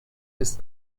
ist